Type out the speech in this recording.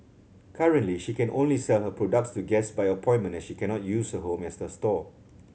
currently she can only sell her products to guests by appointment as she cannot use her home as a store